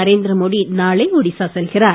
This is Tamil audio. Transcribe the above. நரேந்திர மோடி நாளை ஒடிஸா செல்கிறார்